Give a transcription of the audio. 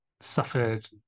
suffered